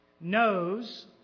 knows